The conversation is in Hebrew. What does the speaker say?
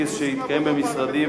טקס שהתקיים במשרדי,